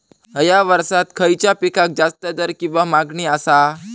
हया वर्सात खइच्या पिकाक जास्त दर किंवा मागणी आसा?